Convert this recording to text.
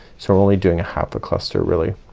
so we're only doing a half a cluster really